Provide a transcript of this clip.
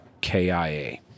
KIA